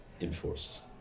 enforced